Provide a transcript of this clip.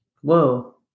Whoa